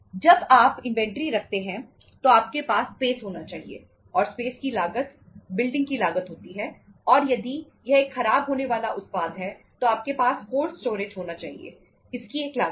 जब आप इन्वेंट्री रखते हैं तो आपके पास स्पेस होना चाहिए इसकी एक लागत है